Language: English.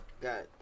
got